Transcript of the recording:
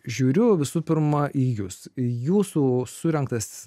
žiūriu visų pirma į jus jūsų surengtas